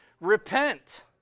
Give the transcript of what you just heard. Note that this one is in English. Repent